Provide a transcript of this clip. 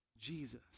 Jesus